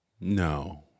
No